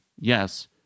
yes